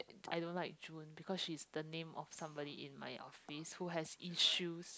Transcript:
I don't like June because she's the name of somebody in my office who has issues